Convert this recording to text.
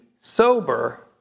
sober